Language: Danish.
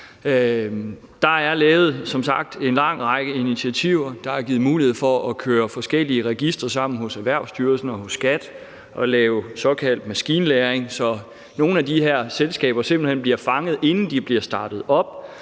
sagt lavet en lang række initiativer, der har givet mulighed for at køre forskellige registre sammen hos Erhvervsstyrelsen og hos skattemyndighederne og lave såkaldt maskinlæring, så nogle af de her selskaber simpelt hen bliver fanget, inden de bliver startet op,